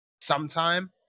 sometime